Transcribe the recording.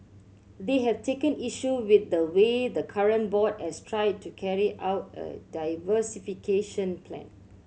they have taken issue with the way the current board has tried to carry out a diversification plan